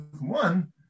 one